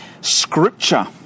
scripture